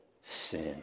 sin